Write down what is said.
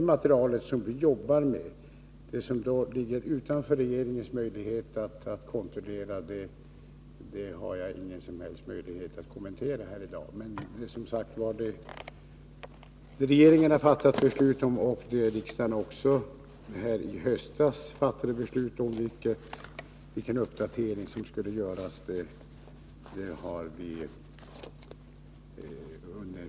Som jag har redovisat i mitt svar håller vi på med en uppdatering. SJ har helt nyligen lämnat sitt underlag för färjeförbindelserna liksom för